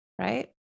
right